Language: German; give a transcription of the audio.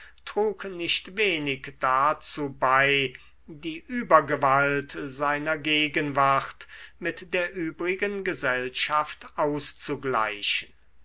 trug nicht wenig dazu bei die übergewalt seiner gegenwart mit der übrigen gesellschaft auszugleichen